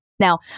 Now